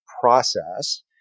process